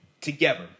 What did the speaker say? together